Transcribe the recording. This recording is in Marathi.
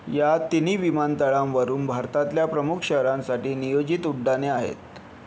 या तिन्ही विमानतळांवरून भारतातल्या प्रमुख शहरांसाठी नियोजित उड्डाणे आहेत